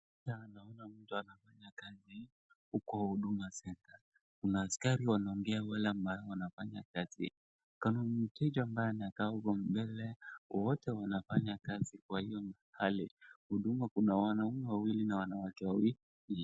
Picha naona mtu anafanya kazi huko huduma centre kuna askari wanaongea na wale ambao wanafanya kazi, kuna mteja ambaye anakaa huko mbele, wote wanafanya kazi kwa hiyo hali. Huduma kuna wanaume wawili na wanawake wawili.